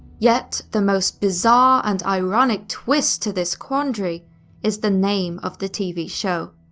yet, the most bizarre and ironic twist to this quandary is the name of the tv show.